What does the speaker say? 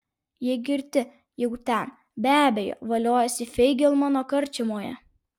jie girti jau ten be abejo voliojasi feigelmano karčiamoje